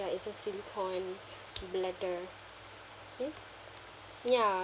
ya it's a silicone blender hmm ya